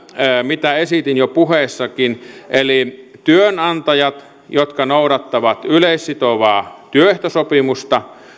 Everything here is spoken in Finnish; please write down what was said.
mitä esitin jo puheessanikin eli työnantajat jotka noudattavat yleissitovaa työehtosopimusta